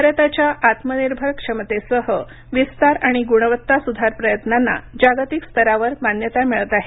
भारताच्या आत्मनिर्भर क्षमतेसह विस्तार आणि गुणवत्ता सुधार प्रयत्नाना जागतिक स्तरावर मान्यता मिळत आहे